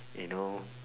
you know